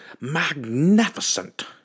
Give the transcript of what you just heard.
magnificent